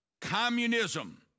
communism